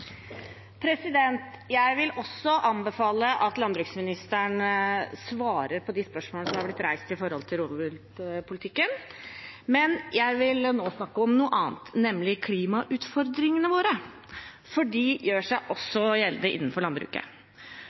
Også jeg vil anbefale at landbruksministeren svarer på de spørsmålene som er blitt reist om rovviltpolitikken. Men jeg vil nå snakke om noe annet, nemlig om klimautfordringene våre, for de gjør seg også gjeldende innenfor landbruket.